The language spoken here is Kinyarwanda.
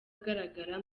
agaragara